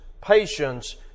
patience